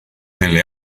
nelle